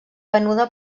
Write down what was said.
venuda